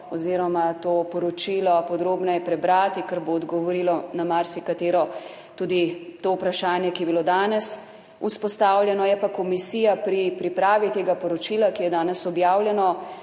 oziroma to poročilo podrobneje prebrati, ker bo odgovorilo na marsikatero tudi to vprašanje, ki je bilo danes vzpostavljeno. Je pa komisija pri pripravi tega poročila, ki je danes objavljeno,